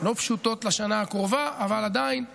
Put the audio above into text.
לא פשוטות לשנה הקרובה, אבל עדיין מגודר.